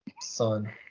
Son